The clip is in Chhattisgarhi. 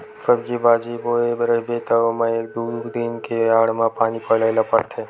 सब्जी बाजी बोए रहिबे त ओमा एक दू दिन के आड़ म पानी पलोए ल परथे